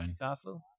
castle